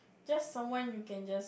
just someone you can just